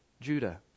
Judah